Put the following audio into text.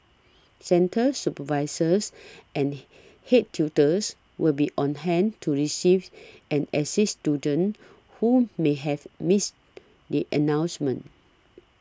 centre supervisors and head tutors will be on hand to receive and assist students who may have missed the announcement